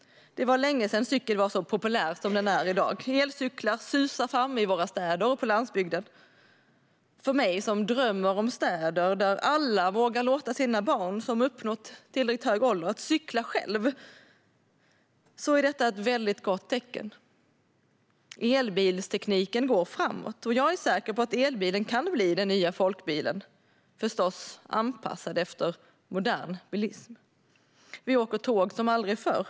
Det var länge sedan cykeln var så populär som den är i dag. Elcyklar susar fram i våra städer och på landsbygden. För mig som drömmer om städer där alla vågar låta sina barn, som har uppnått tillräckligt hög ålder, cykla själva är detta ett väldigt gott tecken. Elbilstekniken går framåt. Jag är säker på att elbilen kan bli den nya folkbilen, förstås anpassad efter modern bilism. Vi åker tåg som aldrig förr.